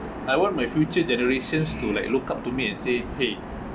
I want my future generations to like look up to me and say !hey!